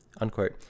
unquote